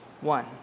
one